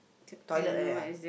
toilet like that ah